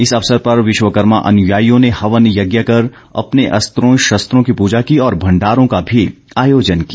इस अवसर पर विश्वकर्मा अनुयायियों ने हवन यज्ञ कर अपने अस्त्रों शस्त्रों की पूजा की और भंडारों का भी आयोजन किया